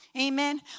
Amen